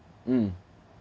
mm